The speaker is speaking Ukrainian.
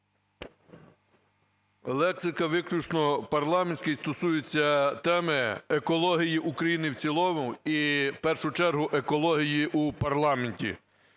Лексика виключно парламентська і стосується теми екології України в цілому і в першу чергу екології у парламенті.